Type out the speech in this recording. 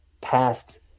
past